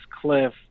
cliff